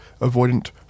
avoidant